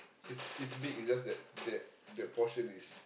is is big is just that that that portion is